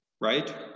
right